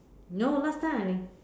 no last time any